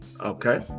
Okay